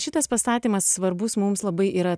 šitas pastatymas svarbus mums labai yra